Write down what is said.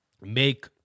make